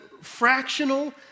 fractional